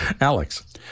Alex